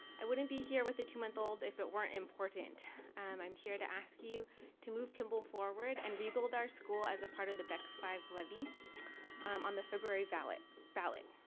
i wouldn't be here with a two month old if it weren't important and um i'm here to ask you to move kimball forward and rebuild our school as a part of the next five levied on the february ballot ballot.